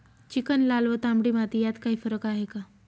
Chicken, लाल व तांबडी माती यात काही फरक आहे का?